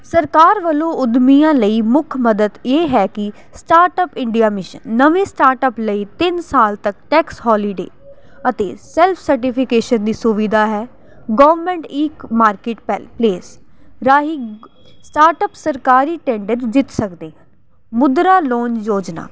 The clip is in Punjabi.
ਸਰਕਾਰ ਵੱਲੋਂ ਉੱਦਮੀਆਂ ਲਈ ਮੁੱਖ ਮਦਦ ਇਹ ਹੈ ਕਿ ਸਟਾਰਟਅਪ ਇੰਡੀਆ ਮਿਸ਼ਨ ਨਵੇਂ ਸਟਾਰਟਅਪ ਲਈ ਤਿੰਨ ਸਾਲ ਤੱਕ ਟੈਕਸ ਹੋਲੀਡੇ ਅਤੇ ਸੈਲਫ ਸਰਟੀਫਿਕੇਸ਼ਨ ਦੀ ਸੁਵਿਧਾ ਹੈ ਗਵਰਨਮੈਂਟ ਈ ਮਾਰਕੀਟ ਪੈਲ ਪਲੇਸ ਰਾਹੀਂ ਸਟਾਰਟਅਪ ਸਰਕਾਰੀ ਟੈਂਡਰ ਜਿੱਤ ਸਕਦੇ ਮੁਦਰਾ ਲੋਨ ਯੋਜਨਾ